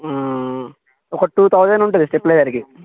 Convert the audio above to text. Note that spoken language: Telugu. ఒక టూ తౌజండ్ ఉంటుంది స్టెప్లైజర్కి